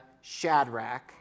Shadrach